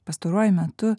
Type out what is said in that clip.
pastaruoju metu